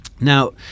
now